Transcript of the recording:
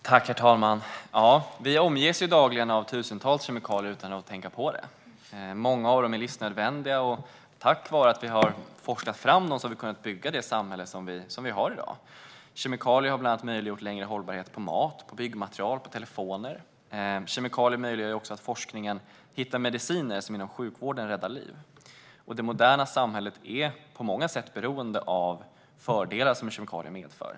Herr talman! Vi omges dagligen av tusentals kemikalier utan att tänka på det. Många av dem är livsnödvändiga. Tack vare att vi har forskat fram dem har vi kunnat bygga det samhälle som vi har i dag. Kemikalier har bland annat möjliggjort längre hållbarhet på mat, på byggmaterial och på telefoner. Kemikalier möjliggör också att forskningen hittar mediciner som räddar liv inom sjukvården. Det moderna samhället är på många sätt beroende av fördelar som kemikalier medför.